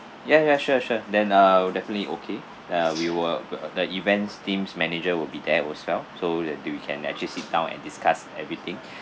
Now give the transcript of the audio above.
ya ya sure sure then uh definitely okay uh we will the events team's manager will be there also so that we can actually sit down and discuss everything